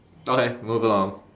okay move along